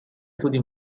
studi